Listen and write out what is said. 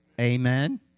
Amen